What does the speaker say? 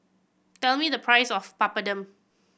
tell me the price of Papadum